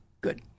Good